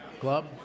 club